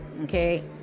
okay